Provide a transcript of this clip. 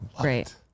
great